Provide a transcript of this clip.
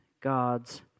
God's